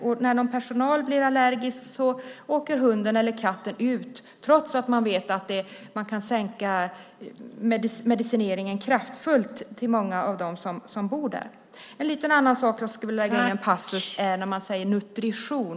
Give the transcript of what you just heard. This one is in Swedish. Och när någon i personalen blir allergisk åker hunden eller katten ut, trots att man vet att djur kan innebära att man kan sänka medicineringen kraftfullt för många av dem som bor där. Jag skulle också vilja lägga in en passus om detta med att man säger nutrition.